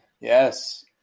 Yes